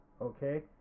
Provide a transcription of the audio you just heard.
okay